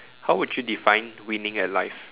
how would you define winning at life